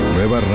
Nueva